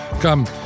Come